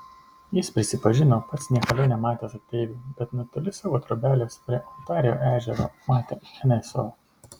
jis prisipažino pats niekada nematęs ateivių bet netoli savo trobelės prie ontarijo ežero matė nso